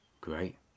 Great